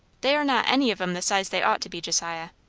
they are not any of em the size they ought to be, josiah.